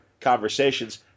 conversations